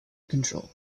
control